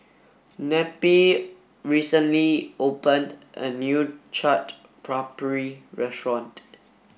neppie recently opened a new Chaat Papri restaurant